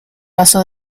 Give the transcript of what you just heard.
pasó